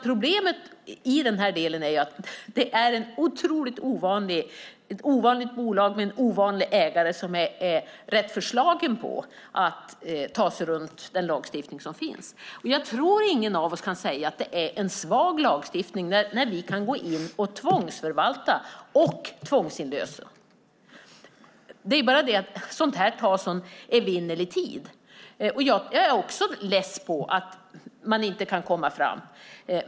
Problemet i den här delen är att det är ett ovanligt bolag med en ovanlig ägare, som är rätt förslagen på att ta sig runt den lagstiftning som finns. Jag tror inte att någon av oss kan säga att det är en svag lagstiftning, när vi kan gå in och tvångsförvalta och tvångsinlösa. Det är bara det att sådant här tar så evinnerlig tid. Jag är också less på att man inte kan komma fram.